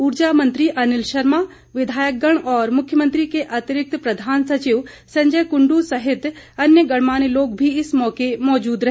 ऊर्जा मंत्री अनिल शर्मा विधायकगण और मुख्यमंत्री के अतिरिक्त प्रधान सचिव संजय कुंडू सहित अन्य गणमान्य लोग भी इस मौके मौजूद रहे